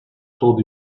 told